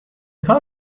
کار